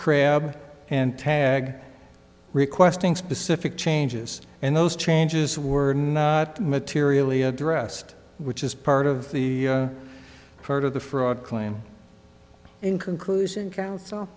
crabb and tag requesting specific changes and those changes were not materially addressed which is part of the part of the fraud claim in conclusion coun